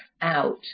out